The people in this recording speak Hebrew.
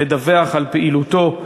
לדווח על פעילותו,